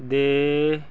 ਦੇ